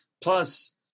Plus